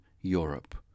Europe